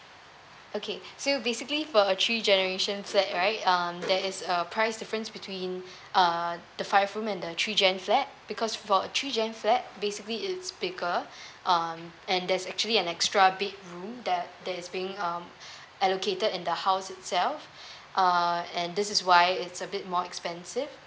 okay so basically for a three generations flat right um there's a price difference between uh the five room and the three gen flat because for a three gen flat basically it's bigger um and there's actually an extra bedroom that that is being um allocated in the house itself uh and this is why it's a bit more expensive